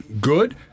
good